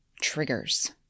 triggers